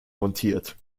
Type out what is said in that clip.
montiert